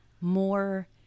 more